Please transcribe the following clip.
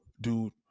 dude